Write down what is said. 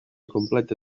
completa